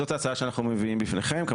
זאת ההצעה שאנחנו מביאים בפניכם.